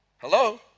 Hello